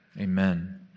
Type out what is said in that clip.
Amen